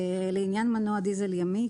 לעניין מנוע דיזל ימי,